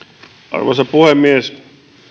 arvoisa puhemies